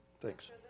Thanks